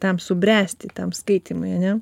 tam subręsti tam skaitymui ane